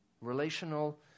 relational